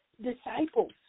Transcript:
disciples